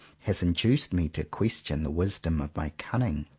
has induced me to question the wisdom of my cunning.